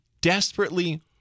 desperately